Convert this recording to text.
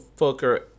Fucker